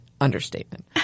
Understatement